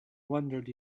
wondered